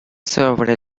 sobre